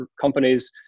companies